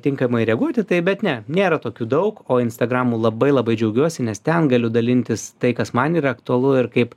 tinkamai reaguoti tai bet ne nėra tokių daug o instagramu labai labai džiaugiuosi nes ten galiu dalintis tai kas man yra aktualu ir kaip